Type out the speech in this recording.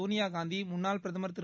சோனியாகாந்தி முன்னாள் பிரதமர் திரு